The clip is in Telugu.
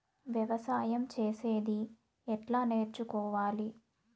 వ్యవసాయం చేసేది ఎట్లా నేర్చుకోవాలి?